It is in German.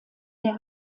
der